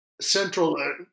central